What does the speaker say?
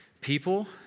people